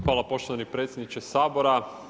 Hvala poštovani predsjedniče Sabora.